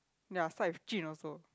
ya start with Jun also